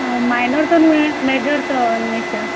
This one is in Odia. ହଁ ମାଇନର୍ ତ ନୁହେଁ ମେଜର୍ ତ ନିଶ୍ଚୟ